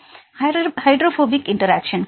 மாணவர் hydrophobic interaction